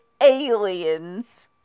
aliens